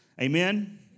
Amen